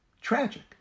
tragic